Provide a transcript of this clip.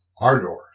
Ardor